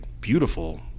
beautiful